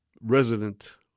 resident